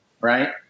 right